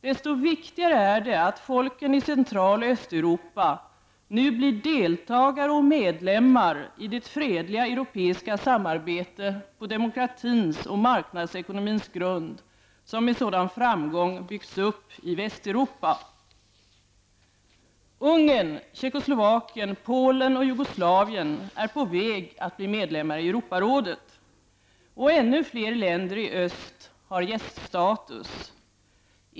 Desto viktigare är det att folken i Central och Östeuropa nu blir deltagare och medlemmar i det fredliga europeiska samarbete på demokratins och marknadsekonomins grund som med sådan framgång byggts upp i Västeuropa. Ungern, Tjeckoslovakien, Polen och Jugoslavien är på väg att bli medlemmar i Europarådet. Och ännu fler länder i öst har gäststatus.